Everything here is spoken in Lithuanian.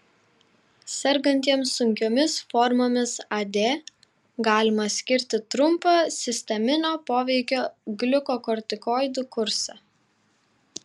sergantiems sunkiomis formomis ad galima skirti trumpą sisteminio poveikio gliukokortikoidų kursą